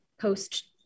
post